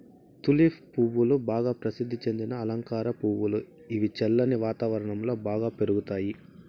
tulip పువ్వులు బాగా ప్రసిద్ది చెందిన అలంకార పువ్వులు, ఇవి చల్లని వాతావరణం లో బాగా పెరుగుతాయి